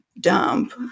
dump